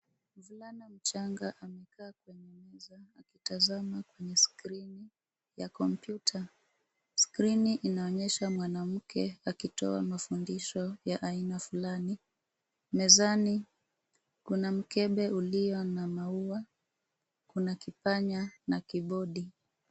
Mvulana mchanga amekaa kwenye meza akitazama kwenye skrini ya kompyuta, skrini inaonyesha mwanamke akitoa mafundisho ya aina fulani. Mezani, kuna mkebe ulio na maua, kuna kipanya, na kibodi.